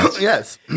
Yes